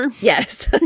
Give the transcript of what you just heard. yes